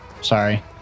Sorry